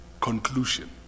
conclusion